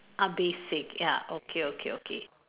uh basic ya okay okay okay